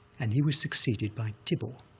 and he was succeeded by thibaw,